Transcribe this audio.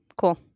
cool